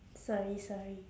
sorry sorry